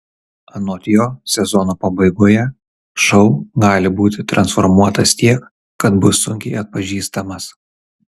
anot jo sezono pabaigoje šou gali būti transformuotas tiek kad bus sunkiai atpažįstamas